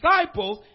disciples